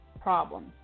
problems